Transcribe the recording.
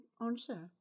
answer